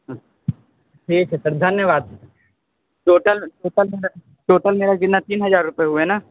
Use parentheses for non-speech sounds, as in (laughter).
(unintelligible) ठीक है सर धन्यवाद टोटल टोटल मेरा टोटल मेरा कितना तीन हजार रुपए हुए ना